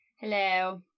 Hello